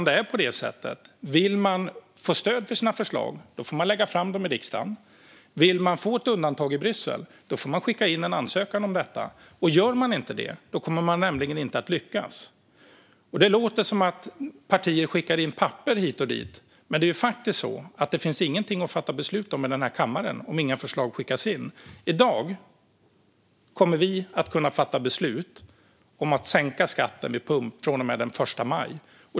Det är på det sättet att om man vill få stöd för sina förslag får man lägga fram dem i riksdagen. Och om man vill få ett undantag i Bryssel får man skicka in en ansökan om det. Om man inte gör det kommer man nämligen inte att lyckas. Det låter som att partier skickar in papper hit och dit. Men det finns faktiskt ingenting att fatta beslut om i den här kammaren om inga förslag skickas in. I dag kommer vi att kunna fatta beslut om att sänka skatten vid pump från och med den 1 maj.